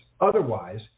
Otherwise